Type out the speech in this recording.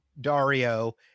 dario